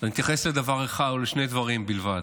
ואני אתייחס לשני דברים בלבד.